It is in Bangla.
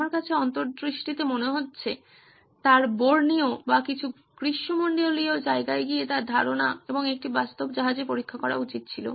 আমার কাছে অন্তর্দৃষ্টিতে মনে হচ্ছে তার বোর্নিও বা কিছু গ্রীষ্মমন্ডলীয় জায়গায় গিয়ে তার ধারণা এবং একটি বাস্তব জাহাজে পরীক্ষা করা উচিত ছিল